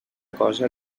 cosa